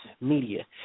media